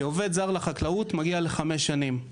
שעובד זר לחקלאות מגיע לחמש שנים.